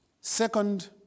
Second